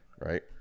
right